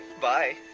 bye.